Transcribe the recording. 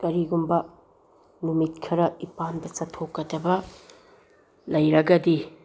ꯀꯔꯤꯒꯨꯝꯕ ꯅꯨꯃꯤꯠ ꯈꯔ ꯏꯄꯥꯝꯗ ꯆꯠꯊꯣꯛꯀꯗꯕ ꯂꯩꯔꯒꯗꯤ